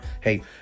Hey